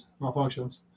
malfunctions